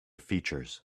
features